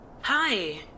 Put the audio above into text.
Hi